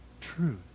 truth